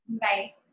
Bye